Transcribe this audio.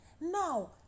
now